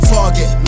Target